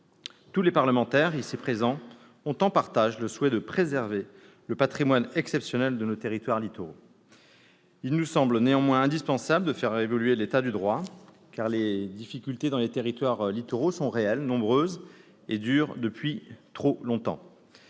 Tous les parlementaires ici présents partagent le souhait de voir préservé le patrimoine exceptionnel de nos territoires littoraux. Il nous semble néanmoins indispensable de faire évoluer l'état du droit, car les difficultés dans les territoires littoraux sont réelles, nombreuses, et durent depuis trop longtemps.